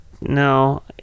no